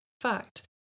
Fact